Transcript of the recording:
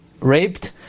raped